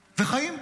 וחיים,